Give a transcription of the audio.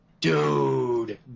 Dude